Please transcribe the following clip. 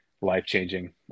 life-changing